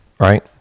Right